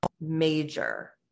major